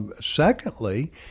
Secondly